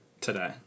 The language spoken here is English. today